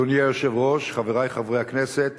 אדוני היושב-ראש, חברי חברי הכנסת,